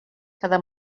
cada